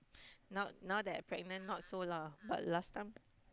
now now that I pregnant not so lah but last time